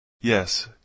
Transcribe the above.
Yes